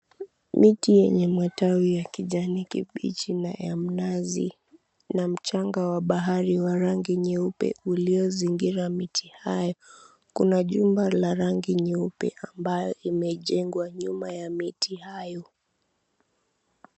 Miti yenye matawi ya kijani kibichi na ya mnazi na mchanga wa bahari wa rangi nyeupe uliozingira miti hayo, kuna jumba la rangi nyeupe ambayo imejengwa nyuma ya miti hayo.